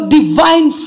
divine